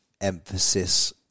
emphasis